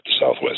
Southwest